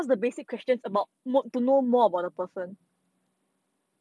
I I think